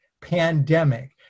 pandemic